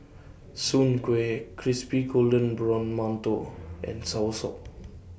Soon Kueh Crispy Golden Brown mantou and Soursop